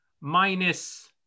minus